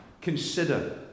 consider